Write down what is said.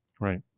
Right